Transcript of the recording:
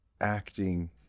acting